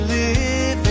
Living